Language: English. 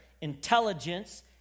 intelligence